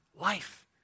life